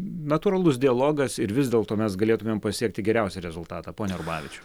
natūralus dialogas ir vis dėlto mes galėtumėm pasiekti geriausią rezultatą pone rubavičiau